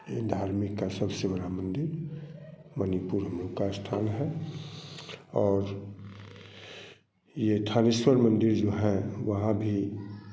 यह धार्मिक का सबसे बड़ा मंदिर मणिपुर का स्थान हैं और ये थानेश्वर मंदिर जो हैं वहाँ भी